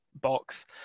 box